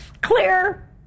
clear